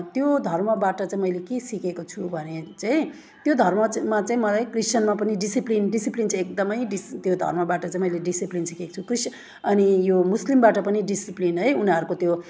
त्यो धर्मबाट चाहिँ मैले के सिकेको छु भने चाहिँ त्यो धर्म चाहिँ मा चाहिँ मलाई क्रिस्टियनमा पनि डिसिप्लिन डिसिप्लिन चाहिँ एकदमै डिस् त्यो धर्मबाट चाहिँ मैले डिसिप्लिन सिकेको छु क्रिस् अनि यो मुस्लिमबाट पनि डिसिप्लिन है उनीहरूको त्यो